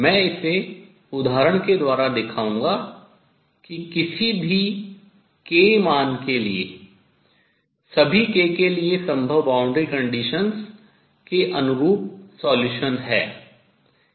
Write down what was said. मैं इसे उदाहरण के द्वारा दिखाऊंगा कि किसी भी k मान के लिए सभी k के लिए संभव boundary conditions सीमा प्रतिबंधों शर्तें के अनुरूप solution हल है